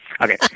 Okay